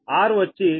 r వచ్చి 0